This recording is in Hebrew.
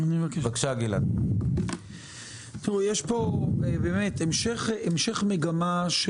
בנוסף מבקש יושב ראש הכנסת את